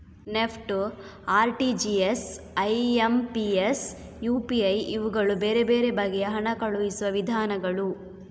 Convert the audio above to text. NEFT, RTGS, IMPS, UPI ಇವುಗಳು ಬೇರೆ ಬೇರೆ ಬಗೆಯ ಹಣ ಕಳುಹಿಸುವ ವಿಧಾನಗಳು